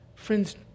Friends